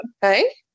Hey